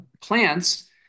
plants